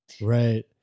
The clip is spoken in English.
Right